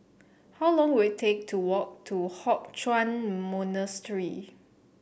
how long will it take to walk to Hock Chuan Monastery